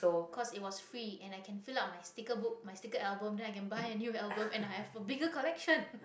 'cause it was free and i call fill up my sticker book my sticker album then i can buy a new album and i have a bigger collection